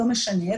לא משנה,